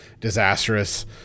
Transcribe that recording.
disastrous